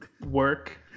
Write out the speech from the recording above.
work